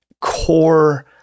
core